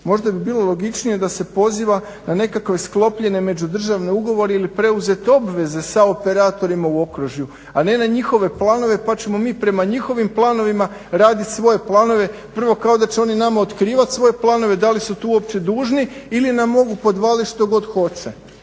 Možda bi bilo logičnije da se poziva na nekakve sklopljene međudržavne ugovore ili preuzete obveze sa operatorima u okružju, a ne na njihove planove pa ćemo mi prema njihovim planovima raditi svoje planove prvo kao da će oni nama otkrivati svoje planove da li su to uopće dužni ili nam mogu podvaliti što god hoće.